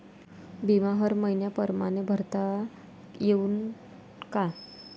बिमा हर मइन्या परमाने भरता येऊन का?